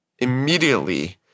Immediately